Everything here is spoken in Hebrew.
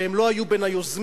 שהם לא היו בין היוזמים,